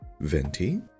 Venti